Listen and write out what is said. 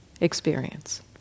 Experience